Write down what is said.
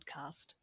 podcast